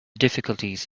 difficulties